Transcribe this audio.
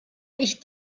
ich